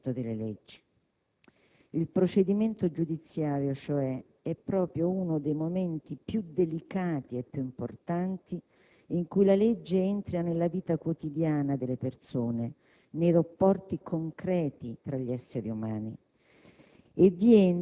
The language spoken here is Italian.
governo alle leggi. Tornando al rapporto tra questa forma di governo, per cui la legge è il limite e la forma dell'esercizio delle funzioni e dei poteri, e la riserva di giurisdizione,